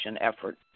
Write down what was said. effort